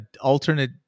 alternate